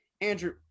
Andrew